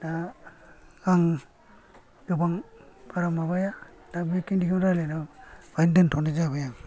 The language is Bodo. दा आं गोबां बारा माबाया दा बिखिनिखौ रायलायना बेयाव दोनथ'नाय जाबाय आं